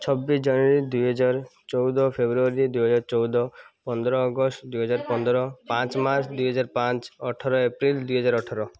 ଛବିଶ ଜାନୁଆରୀ ଦୁଇହଜାର ଚଉଦ ଫେବୃଆରୀ ଦୁଇହଜାର ଚଉଦ ପନ୍ଦର ଅଗଷ୍ଟ ଦୁଇହଜାର ପନ୍ଦର ପାଞ୍ଚ ମାର୍ଚ୍ଚ ଦୁଇହଜାର ପାଞ୍ଚ ଅଠର ଏପ୍ରିଲ ଦୁଇହଜାର ଅଠର